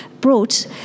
brought